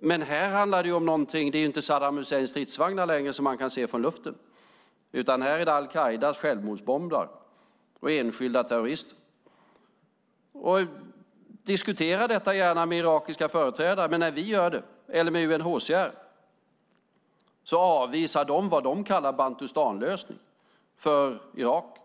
Det är inte längre Saddam Husseins stridsvagnar, som man kan se från luften, det handlar om. Här är det i stället al-Qaidas självmordsbombare och enskilda terrorister. Diskutera gärna detta med irakiska företrädare eller med UNHCR, men när vi gör det avvisar de vad de kallar en Bantustanlösning för Irak.